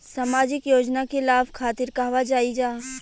सामाजिक योजना के लाभ खातिर कहवा जाई जा?